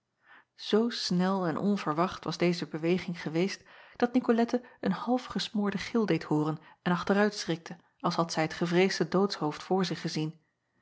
oo snel en onverwacht was deze beweging geweest dat icolette een half gesmoorden gil deed hooren en achteruitschrikte als had zij het gevreesde doodshoofd voor zich gezien